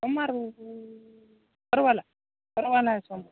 सोमवार पर परवाला परवाला आहे सोमवार